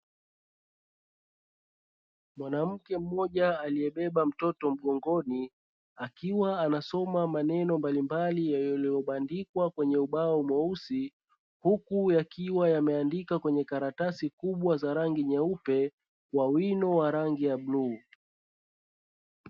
Mwanamke mmoja aliyebeba mtoto mgongoni, akiwa anasoma maneno mbalimbali yaliyobandikwa kwenye ubao mweusi, huku yakiwa yameandikwa kwenye karatasi kubwa za rangi nyeupe kwa wino wa rangi ya bluu.